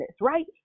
right